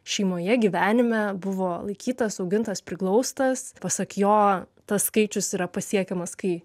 šeimoje gyvenime buvo laikytas augintas priglaustas pasak jo tas skaičius yra pasiekiamas kai